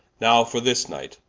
now for this night,